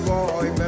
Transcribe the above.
Boy